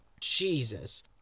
Jesus